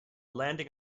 landing